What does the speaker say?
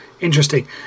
interesting